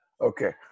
Okay